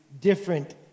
different